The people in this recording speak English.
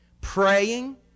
Praying